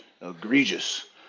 Egregious